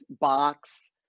box